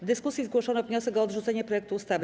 W dyskusji zgłoszono wniosek o odrzucenie projektu ustawy.